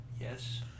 Yes